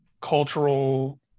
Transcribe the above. cultural